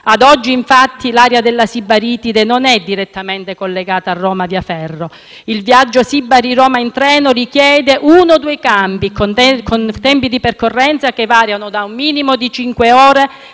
Ad oggi, infatti, l'area della Sibaritide non è direttamente collegata a Roma via ferro. Il viaggio tra Sibari e Roma in treno richiede uno o due cambi, con tempi di percorrenza che variano da un minimo di cinque ore